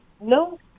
no